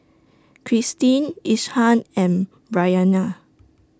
Christene Ishaan and Bryanna